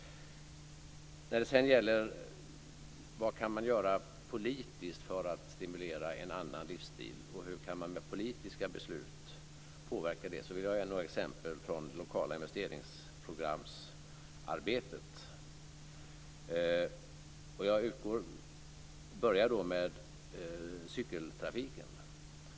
När det sedan gäller vad man kan göra politiskt för att stimulera en annan livsstil och hur man med politiska beslut kan påverka det, vill jag ge några exempel från det lokala investeringsprogramarbetet. Jag börjar med cykeltrafiken.